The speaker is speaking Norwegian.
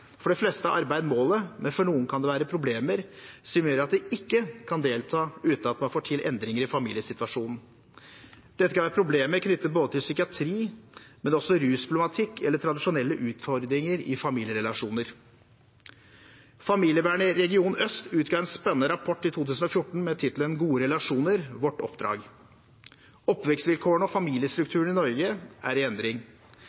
men for noen kan det være problemer som gjør at de ikke kan delta uten at man får til endringer i familiesituasjonen. Dette kan være problemer knyttet til psykiatri, men også rusproblematikk eller tradisjonelle utfordringer i familierelasjoner. Familievernet i Region øst utga en spennende rapport i 2014 med tittelen Gode Relasjoner – vårt oppdrag. Oppvekstvilkårene og